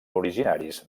originaris